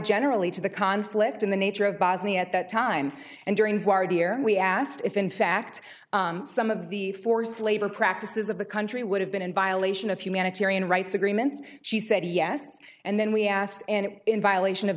generally to the conflict in the nature of bosnia at that time and during voir dire we asked if in fact some of the forced labor practices of the country would have been in violation of humanitarian rights agreements she said yes and then we asked and in violation of